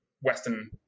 Western